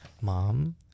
mom